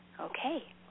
Okay